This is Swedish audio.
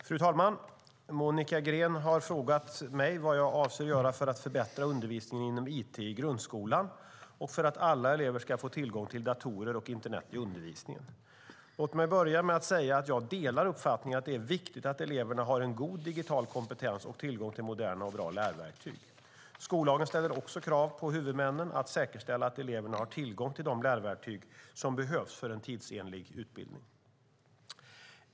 Fru talman! Monica Green har frågat mig vad jag avser att göra för att förbättra undervisningen inom it i grundskolan och för att alla elever ska få tillgång till datorer och internet i undervisningen. Låt mig börja med att säga att jag delar uppfattningen att det är viktigt att eleverna har en god digital kompetens och tillgång till moderna och bra lärverktyg. Skollagen ställer också krav på huvudmännen att säkerställa att eleverna har tillgång till de lärverktyg som behövs för en tidsenlig utbildning.